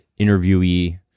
interviewee